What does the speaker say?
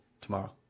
tomorrow